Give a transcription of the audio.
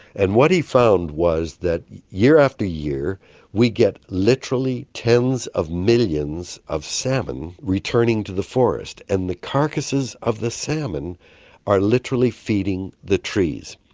and what he found was that year after year we get literally tens of millions of salmon returning to the forest, and the carcasses of the salmon are literally feeding the trees.